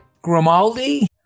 Grimaldi